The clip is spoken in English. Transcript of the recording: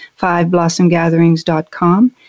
fiveblossomgatherings.com